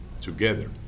together